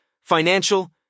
financial